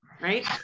right